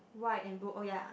white and blue oh ya